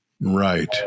right